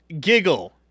giggle